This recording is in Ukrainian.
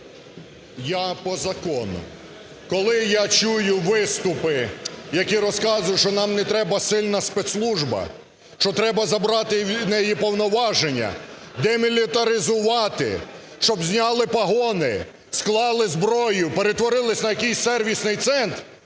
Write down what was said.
Я по закону. Коли я чую виступи, які розказують, що нам не треба сильна спецслужба, що треба забрати від неї повноваження, демілітаризувати, щоб зняли пагони, склали зброю, перетворились на якійсь сервісний центр,